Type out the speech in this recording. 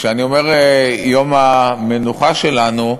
כשאני אומר "יום המנוחה שלנו",